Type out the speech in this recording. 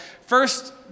first